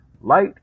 light